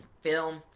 film